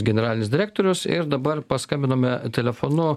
generalinis direktorius ir dabar paskambinome telefonu